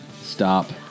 Stop